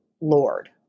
lord